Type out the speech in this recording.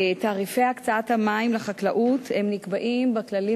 תעריפי הקצאת המים לחקלאות נקבעים בכללים